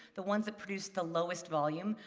the ones that produced the lowest volume,